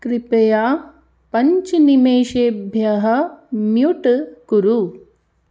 कृपया पञ्चनिमेषेभ्यः म्यूट् कुरु